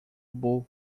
burro